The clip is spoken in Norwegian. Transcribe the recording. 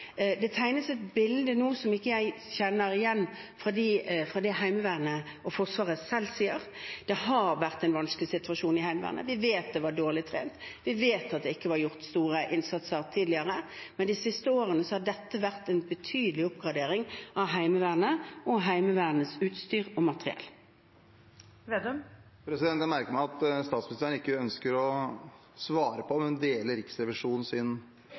Det tegnes et bilde nå som jeg ikke kjenner igjen fra det Heimevernet og Forsvaret selv sier. Det har vært en vanskelig situasjon i Heimevernet. Vi vet at de var dårlig trent, vi vet at det ikke var gjort stor innsats tidligere, men de siste årene har det vært en betydelig oppgradering av Heimevernet og Heimevernets utstyr og materiell. Jeg merker meg at statsministeren ikke ønsker å svare på om hun deler Riksrevisjonens beskrivelse av Heimevernet. Det er den andre rapporten som Riksrevisjonen